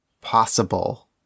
possible